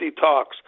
talks